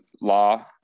law